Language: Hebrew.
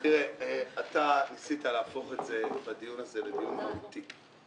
אתה ניסית להפוך את זה בדיון הזה לדיון מהותי,